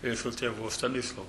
iš su tėvu stanislovu